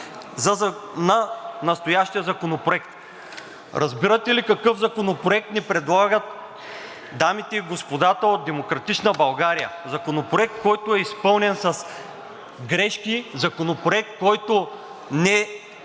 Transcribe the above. на настоящия законопроект.“ Разбирате ли какъв законопроект ни предлагат дамите и господата от „Демократична България“? Законопроект, който е изпълнен с грешки, Законопроект, който не